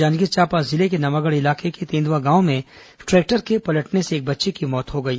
जांजगीर चांपा जिले के नवागढ़ इलाके के तेंदुआ गांव में ट्रैक्टर के पलटने से एक बच्चे की मौत हो गई